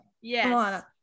Yes